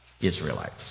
Israelites